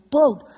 boat